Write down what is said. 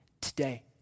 today